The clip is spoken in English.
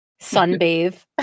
sunbathe